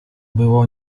było